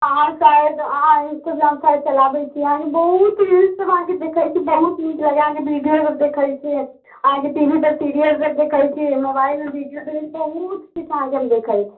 अहाँ शायद आहाँ प्रोग्राम सब चलाबैत छी अहाँकेँ बहूत विश्वास देखैत छी बहुत नीक लगैया अहाँकेँ विडिओ सब देखैत छी अहाँकेँ टी भी पर सीरियल सब देखैत छी मोबाइलमे विडिओ देखैमे बहूत किछु अहाँकेँ हम देखैत छी